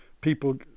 people